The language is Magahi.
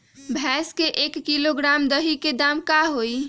भैस के एक किलोग्राम दही के दाम का होई?